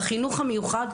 בחינוך המיוחד,